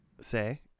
say